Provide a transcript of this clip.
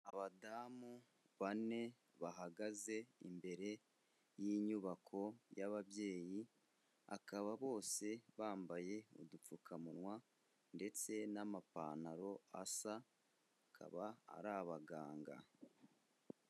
Abadamu bane bahagaze imbere y'inyubako y'ababyeyi, bakaba bose bambaye udupfukamunwa ndetse n'amapantaro asa akaba ari abaganga.